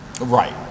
Right